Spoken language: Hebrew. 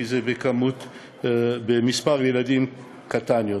כי מספר הילדים קטן יותר.